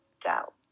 doubt